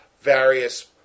various